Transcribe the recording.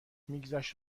میگذشت